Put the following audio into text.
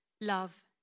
Love